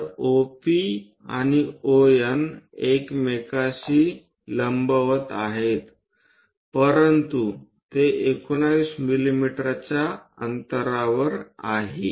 तर OP आणि ON एकमेकांशी लंबवत आहेत परंतु ते 19 मिमीच्या अंतरावर आहे